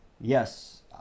Yes